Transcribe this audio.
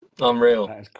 unreal